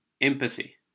empathy